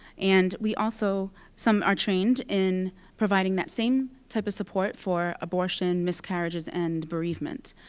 and we also some are trained in providing that same type of support for abortion, miscarriages, and bereavement.